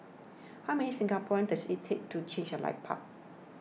how many Singaporeans does it take to change a light bulb